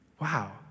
Wow